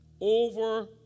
over